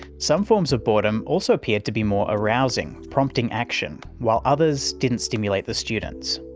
some forms of boredom also appeared to be more arousing prompting action while others didn't stimulate the students.